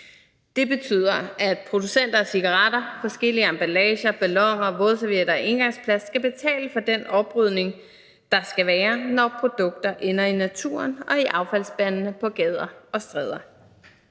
Det betyder, at producenter af cigaretter, forskellige emballager, balloner, vådservietter og engangsplast skal betale for den oprydning, der skal være, når produkter ender i naturen og i affaldsspandene på gader og stræder.